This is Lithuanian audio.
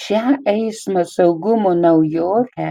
šia eismo saugumo naujove